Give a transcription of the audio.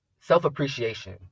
self-appreciation